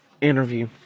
interview